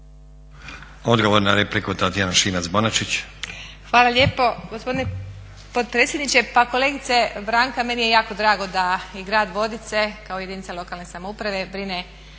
Bonačić, Tatjana (SDP)** Hvala lijepo gospodine potpredsjedniče. Pa kolegice Branka meni je jako drago da i grad Vodice kao jedinica lokalne samouprave brine